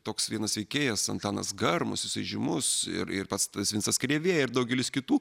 toks vienas veikėjas antanas garmus jiai žymus ir ir pats tas vincas krėvė ir daugelis kitų